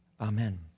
Amen